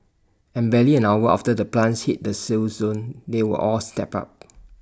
and barely an hour after the plants hit the sale zone they were all snapped up